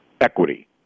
equity